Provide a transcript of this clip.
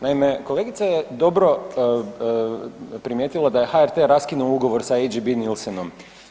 Naime, kolegica je dobro primijetila da je HRT raskinuo ugovor sa AGB Nielsenom.